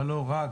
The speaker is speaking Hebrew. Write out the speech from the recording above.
אבל לא רק,